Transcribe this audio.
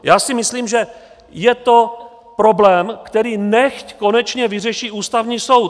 Já si myslím, že je to problém, který nechť konečně vyřeší Ústavní soud.